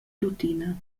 tuttina